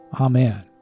Amen